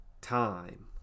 time